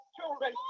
children